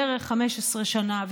לפני בערך 15 שנה,